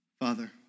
Father